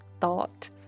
thought